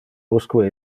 usque